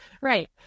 Right